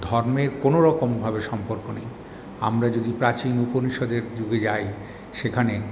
ধর্মের কোনোরকমভাবে সম্পর্ক নেই আমরা যদি প্রাচীন উপনিষদের যুগে যাই সেখানে